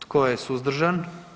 Tko je suzdržan?